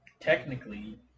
Technically